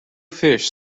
fish